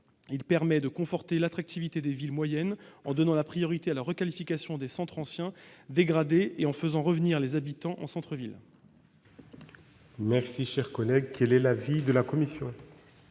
adopté, de conforter l'attractivité des villes moyennes en donnant la priorité à la requalification des centres anciens dégradés et en faisant revenir les habitants en centre-ville. Quel est l'avis de la commission ?